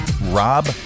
Rob